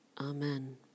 Amen